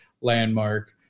landmark